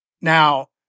Now